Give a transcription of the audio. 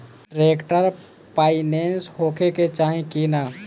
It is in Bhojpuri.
ट्रैक्टर पाईनेस होखे के चाही कि ना?